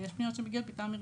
ויש פניות שמגיעות מקו לעובד.